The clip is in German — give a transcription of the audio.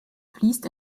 fließt